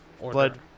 blood